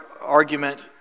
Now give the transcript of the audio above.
argument